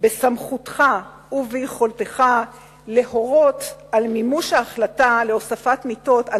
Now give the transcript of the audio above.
בסמכותך וביכולתך להורות על מימוש ההחלטה להוספת מיטות על